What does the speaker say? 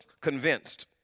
convinced